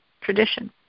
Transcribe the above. tradition